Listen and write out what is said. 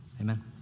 Amen